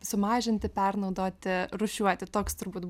sumažinti pernaudoti rūšiuoti toks turbūt